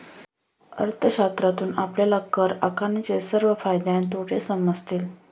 अर्थशास्त्रातून आपल्याला कर आकारणीचे सर्व फायदे आणि तोटे समजतील